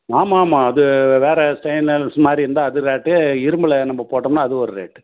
ஆமாம் ஆமாம் அது வேறே ஸ்டைனல்ஸ் மாதிரி இருந்தால் அது ஒரு ரேட்டு இரும்பில் நம்ம போட்டோம்னால் அது ஒரு ரேட்டு